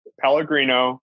Pellegrino